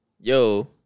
yo